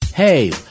Hey